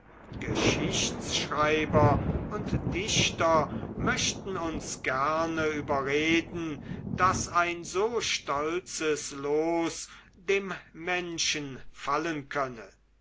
geschichtsschreiber und dichter möchten uns gerne überreden daß ein so stolzes los dem menschen fallen könne